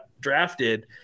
drafted